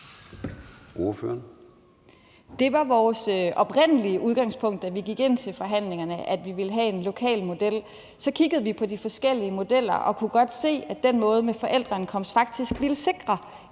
Rod (RV): Det var vores oprindelige udgangspunkt, da vi gik ind til forhandlingerne, at vi ville have en lokal model. Så kiggede vi på de forskellige modeller og kunne godt se, at den model med forældreindkomst faktisk ville sikre